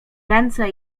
ręce